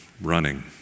running